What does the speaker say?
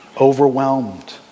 overwhelmed